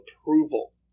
approval